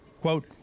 quote